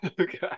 Okay